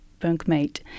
bunkmate